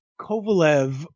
Kovalev